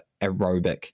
aerobic